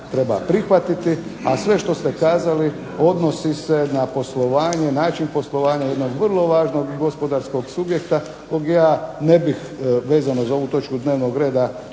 treba prihvatiti, a sve što ste kazali odnosi se na poslovanje, način poslovanja jednog vrlo važnog gospodarskog subjekta kog ja ne bih vezano za ovu točku dnevnog reda